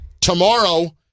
tomorrow